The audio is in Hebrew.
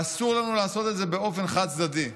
ואסור לנו לעשות את זה באופן חד-צדדי.